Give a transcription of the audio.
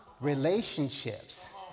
relationships